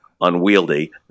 unwieldy